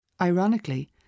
Ironically